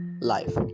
Life